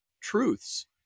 truths